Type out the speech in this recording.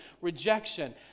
rejection